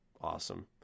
awesome